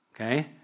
Okay